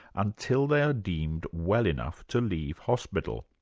until they're deemed well enough to leave hospital.